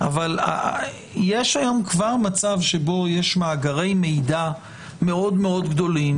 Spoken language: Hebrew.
אבל יש היום מצב שבו יש מאגרי מידע מאוד גדולים.